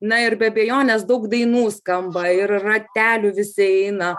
na ir be abejonės daug dainų skamba ir ratelių visi eina